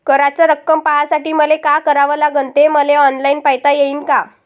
कराच रक्कम पाहासाठी मले का करावं लागन, ते मले ऑनलाईन पायता येईन का?